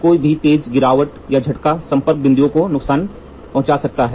कोई भी तेज गिरावट या झटका संपर्क बिंदु को नुकसान पहुंचा सकता है